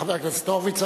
חבר הכנסת הורוביץ.